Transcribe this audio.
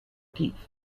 teeth